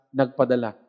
nagpadala